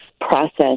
process